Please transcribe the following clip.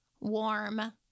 warm